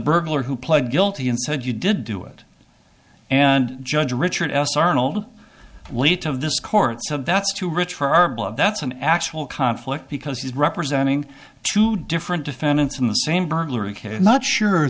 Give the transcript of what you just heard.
burglar who pled guilty and said you did do it and judge richard s arnold lete of this court so that's too rich for our blood that's an actual conflict because he's representing two different defendants in the same burglary case not sure